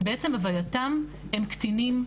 בעצם הווייתם הם קטינים,